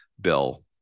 bill